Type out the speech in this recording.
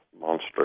monster